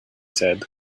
said